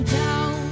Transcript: down